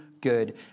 good